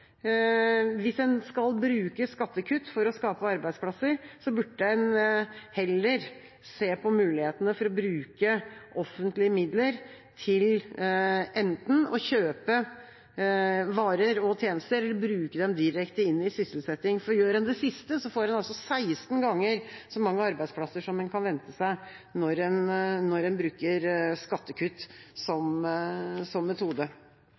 hvis en skal bruke skattekutt for å skape arbeidsplasser, burde en heller se på mulighetene for å bruke offentlige midler til enten å kjøpe varer og tjenester eller å bruke dem direkte inn i sysselsetting, for gjør en det siste, får en altså 16 ganger så mange arbeidsplasser som en kan vente seg når en bruker skattekutt som metode.